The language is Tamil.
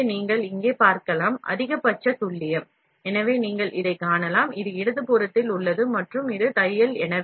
எனவே நீங்கள் இங்கே பார்க்கலாம் அதிகபட்ச துல்லியம் எனவே நீங்கள் இதைக் காணலாம் இது இடது புறத்தில் உள்ளது மற்றும் இது தையல்